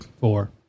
Four